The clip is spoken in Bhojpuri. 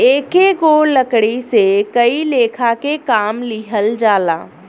एकेगो लकड़ी से कई लेखा के काम लिहल जाला